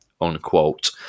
unquote